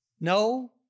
No